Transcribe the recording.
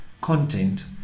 content